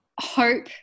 hope